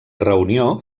reunió